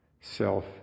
Self